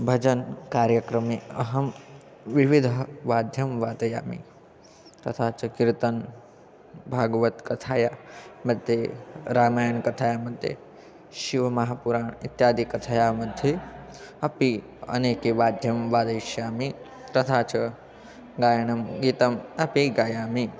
भजनकार्यक्रमे अहं विविधः वाद्यं वादयामि तथा च कीर्तनं भागवतकथायाः मध्ये रामायणकथायाः मध्ये शिवमहापुराणमित्यादि कथायाः मध्ये अपि अनेके वाद्यं वादयिष्यामि तथा च गायणं गीतम् अपि गायामि